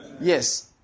Yes